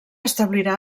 establirà